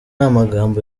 amagambo